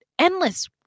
endless